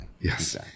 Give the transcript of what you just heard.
Yes